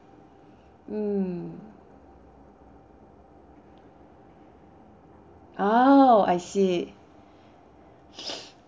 mm orh I see